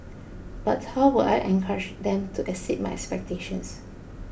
but how would I encourage them to exceed my expectations